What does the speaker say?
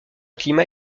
climat